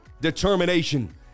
determination